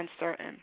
uncertain